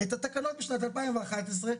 תשאלי אותו לגבי הרשויות החרדיות.